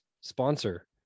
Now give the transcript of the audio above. sponsor